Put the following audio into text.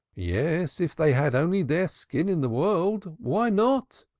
yes, if they had only their skin in the world. why not?